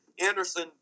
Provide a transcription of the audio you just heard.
Anderson